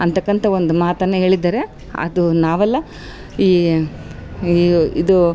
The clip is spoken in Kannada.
ಅಂತಕ್ಕಂಥ ಒಂದು ಮಾತನ್ನು ಹೇಳಿದ್ದರೆ ಅದು ನಾವಲ್ಲ ಈ ಈ ಇದು